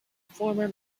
former